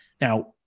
Now